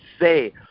say